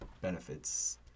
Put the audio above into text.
benefits